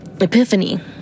epiphany